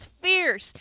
fierce